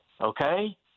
okay